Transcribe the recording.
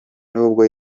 nubwo